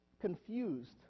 confused